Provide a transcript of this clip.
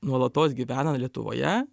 nuolatos gyvena lietuvoje